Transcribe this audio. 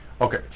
Okay